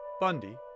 Bundy